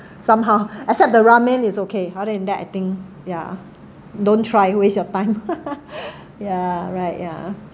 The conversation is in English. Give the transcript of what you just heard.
somehow except the ramen is okay other than that I think yeah don't try waste your time yeah right yeah